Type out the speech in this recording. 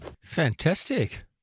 Fantastic